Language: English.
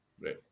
right